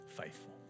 faithful